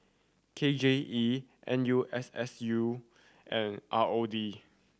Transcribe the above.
K J E N U S S U and R O D